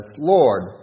Lord